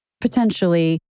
potentially